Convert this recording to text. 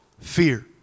fear